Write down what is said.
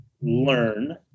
learn